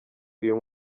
uyu